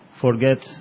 forget